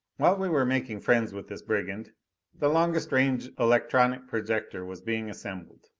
while we were making friends with this brigand the longest range electronic projector was being assembled.